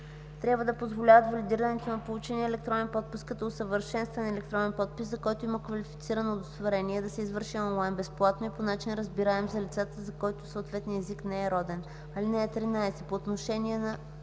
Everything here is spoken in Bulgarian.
трябва да позволяват валидирането на получения електронен подпис като усъвършенстван електронен подпис, за който има квалифицирано удостоверение, да се извърши онлайн, безплатно и по начин, разбираем за лицата, за които съответният език не е роден. (13) По отношение на